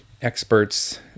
experts